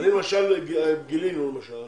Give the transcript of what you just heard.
גילינו למשל